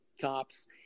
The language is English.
cops